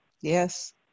Yes